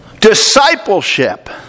Discipleship